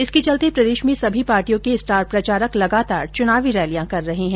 इसके चलते प्रदेश में सभी पार्टियों के स्टार प्रचारक लगातार चुनावी रैलियां कर रहे है